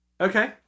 Okay